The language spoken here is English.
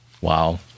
Wow